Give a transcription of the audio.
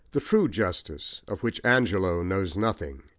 the true justice of which angelo knows nothing,